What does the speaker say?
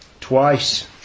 twice